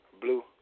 Blue